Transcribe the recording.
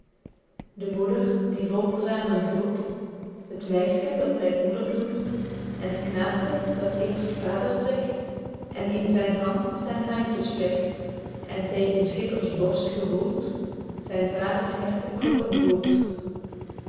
de moeder die vol tranen groet het meiske dat lyk moeder doet en t knaepke dat eerst vader zegt en in zyn hand zyn handjes vlecht en tegen schippers borst gewoeld zyn vaders herte kloppen voelt